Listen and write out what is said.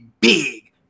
big